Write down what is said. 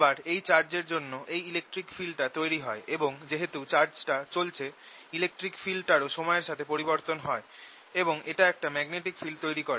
আবার এই চার্জ এর জন্য এই ইলেকট্রিক ফিল্ডটা তৈরি হয় এবং যেহেতু চার্জটা চলছে ইলেকট্রিক ফিল্ড টারও সময়ের সাথে পরিবর্তন হয় এবং এটা একটা ম্যাগনেটিক ফিল্ড তৈরি করে